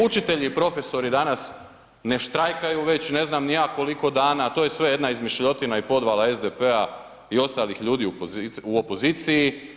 Učitelji, profesori danas ne štrajkaju već ne znam ni ja koliko dana, to je sve jedna izmišljotina i podvala SDP-a i ostalih ljudi u opoziciji.